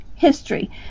History